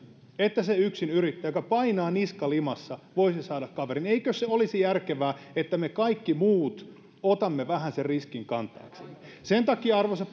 että se yksinyrittäjä joka painaa niska limassa voisi saada kaverin eikö se olisi järkevää että me kaikki muut otamme vähän sitä riskiä kantaaksemme sen takia arvoisa